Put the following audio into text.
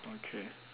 okay